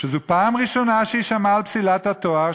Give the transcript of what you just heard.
שזו הפעם הראשונה שהיא שמעה על פסילת התואר,